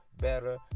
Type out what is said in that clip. better